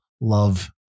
love